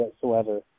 whatsoever